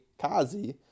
Kazi